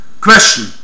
question